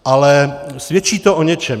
Ale svědčí to o něčem.